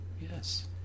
yes